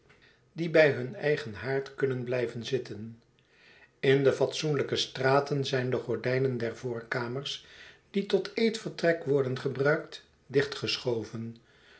die bij hun eigen haard kunnen blijven zitten in de fatsoenlijke straten zijn de gordijnen der voorkamers die tot eetvertrek worden gebruikt